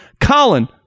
Colin